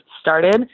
started